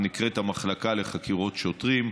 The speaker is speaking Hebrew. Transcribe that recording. והיא נקראת המחלקה לחקירות שוטרים.